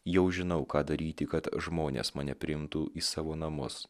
jau žinau ką daryti kad žmonės mane priimtų į savo namus